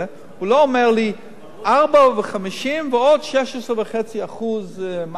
הוא לא אומר לי: 4.50 ועוד 16.5% מע"מ.